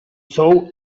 saw